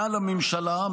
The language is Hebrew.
מעל הממשלה,